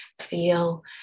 feel